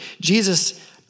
Jesus